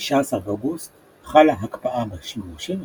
ב-19 באוגוסט חלה הקפאה בגירושים,